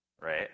right